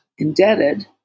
Indebted